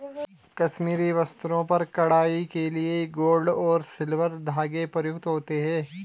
कश्मीरी वस्त्रों पर कढ़ाई के लिए गोल्ड और सिल्वर धागे प्रयुक्त होते हैं